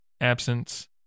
absence